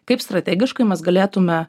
kaip strategiškai mes galėtume